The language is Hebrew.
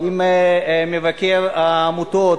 אם מבקר העמותות,